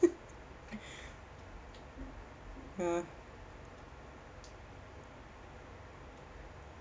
!huh!